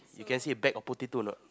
you can see a bag of potato or not